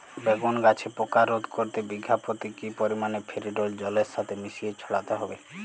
বেগুন গাছে পোকা রোধ করতে বিঘা পতি কি পরিমাণে ফেরিডোল জলের সাথে মিশিয়ে ছড়াতে হবে?